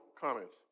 comments